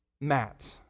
Matt